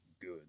good